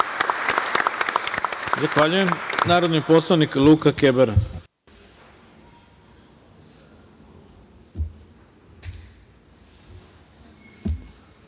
Hvala vam.